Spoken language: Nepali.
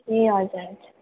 ए हजुर हजुर